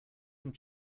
some